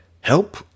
help